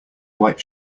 white